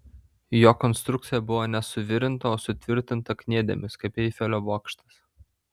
jo konstrukcija buvo ne suvirinta o sutvirtinta kniedėmis kaip eifelio bokštas